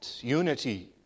unity